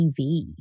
TV